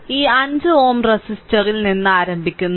ഈ 5 Ω റെസിസ്റ്ററിൽ നിന്ന് ആരംഭിക്കുന്നു